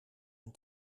een